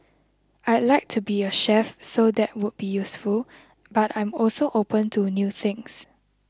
I'd like to be a chef so that would be useful but I'm also open to new things